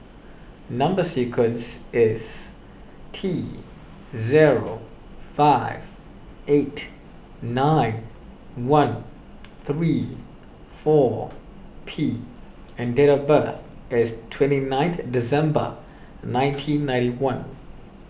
Number Sequence is T zero five eight nine one three four P and date of birth is twenty ninth December nineteen ninety one